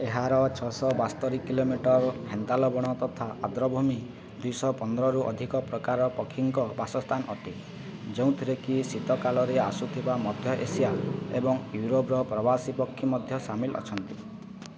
ଏହାର ଛଅଶହ ବାସ୍ତରି କିଲୋମିଟର ହେନ୍ତାଳବଣ ତଥା ଆର୍ଦ୍ରଭୂମି ଦୁଇଶହ ପନ୍ଦରରୁ ଅଧିକ ପ୍ରକାର ପକ୍ଷୀଙ୍କ ବାସସ୍ଥାନ ଅଟେ ଯେଉଁଥିରେ କି ଶୀତକାଳରେ ଆସୁଥିବା ମଧ୍ୟ ଏସିଆ ଏବଂ ୟୁରୋପର ପ୍ରବାସୀ ପକ୍ଷୀ ମଧ୍ୟ ସାମିଲ ଅଛନ୍ତି